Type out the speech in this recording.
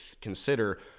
consider